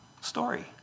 story